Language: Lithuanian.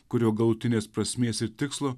kurio galutinės prasmės ir tikslo